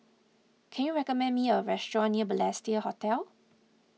can you recommend me a restaurant near Balestier Hotel